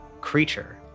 creature